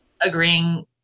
agreeing